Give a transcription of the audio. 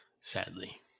sadly